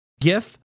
GIF